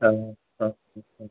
ആ ആ ആ ആ